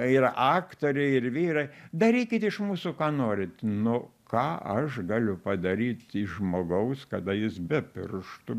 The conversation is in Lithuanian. ir aktoriai ir vyrai darykit iš mūsų ką norit nu ką aš galiu padaryt iš žmogaus kada jis be pirštų